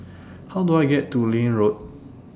How Do I get to Liane Road